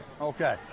Okay